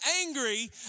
angry